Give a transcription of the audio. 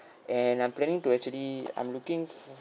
and I'm planning to actually I'm looking